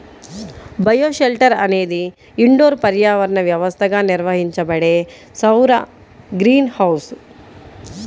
bioshelter అనేది indoor పర్యావరణ వ్యవస్థగా నిర్వహించబడే సౌర గ్రీన్ హౌస్